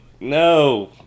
no